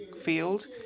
field